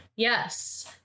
Yes